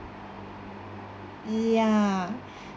yeah